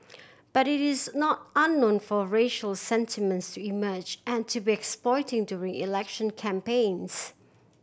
but it is not unknown for racial sentiments to emerge and to be exploited during election campaigns